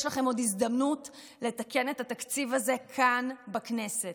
יש לכם עוד הזדמנות לתקן את התקציב הזה כאן בכנסת.